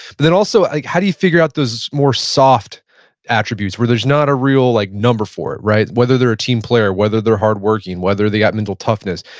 but then also like how do you figure out those more soft attributes where there's not a real like number for it right? whether they're a team player, whether they're hard working, whether they've got mental toughness.